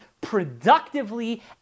productively